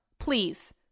Please